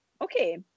Okay